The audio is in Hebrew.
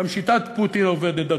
גם שיטת פוטין עובדת,